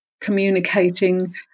communicating